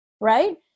Right